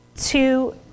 two